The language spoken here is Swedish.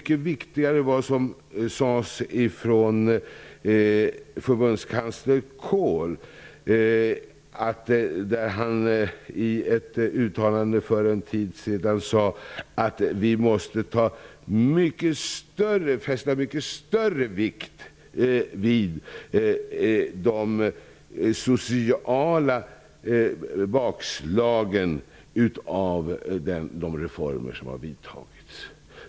Det som förbundskansler Kohl sade var mycket viktigare. Han sade för en tid sedan att vi måste fästa mycket större vikt vid de sociala bakslagen av de reformer som har vidtagits.